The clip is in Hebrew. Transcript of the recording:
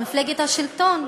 במפלגת השלטון?